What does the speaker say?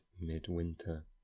Midwinter